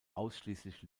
ausschließlich